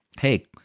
hey